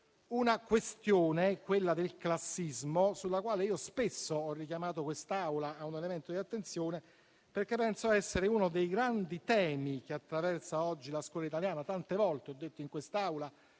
una questione, quella del classismo, sulla quale spesso ho richiamato quest'Assemblea a un elemento di attenzione, perché penso essere uno dei grandi temi che attraversano oggi la scuola italiana. Tante volte ho segnalato in quest'Aula